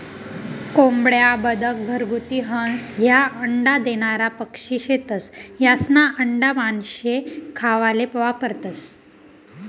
कोंबड्या, बदक, घरगुती हंस, ह्या अंडा देनारा पक्शी शेतस, यास्ना आंडा मानशे खावाले वापरतंस